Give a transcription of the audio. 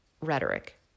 rhetoric